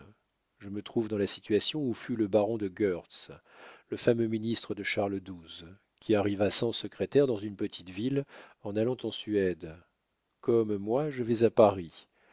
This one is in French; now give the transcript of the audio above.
je me trouve dans la situation où fut le baron de goërtz le fameux ministre de charles xii qui arriva sans secrétaire dans une petite ville en allant en suède comme moi je vais à paris